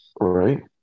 Right